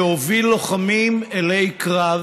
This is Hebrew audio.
שהוביל לוחמים אלי קרב